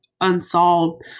unsolved